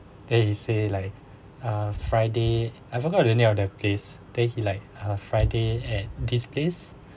then he say like uh friday I forgot the name of that place then he like uh friday at this place